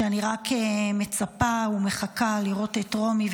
שאני רק מצפה ומחכה לראות את רומי,